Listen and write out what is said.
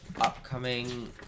upcoming